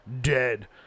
Dead